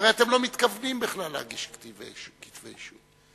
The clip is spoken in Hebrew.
הרי אתם לא מתכוונים להגיש כתבי אישום,